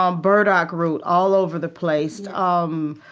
um burdock root all over the place, um